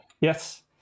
Yes